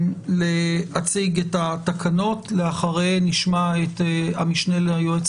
להציג את התקנות ולאחר מכן נשמע את המשנה ליועץ